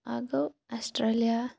اکھ گوٚو اَسٹرٛیلیا